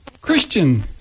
Christian